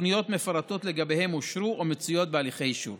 תוכניות מפורטות לגביהן אושרו או מצויות בהליכי אישור.